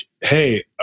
hey